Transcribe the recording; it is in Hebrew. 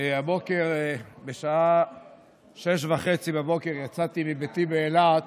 הבוקר בשעה שש וחצי בבוקר יצאתי מביתי באילת